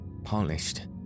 polished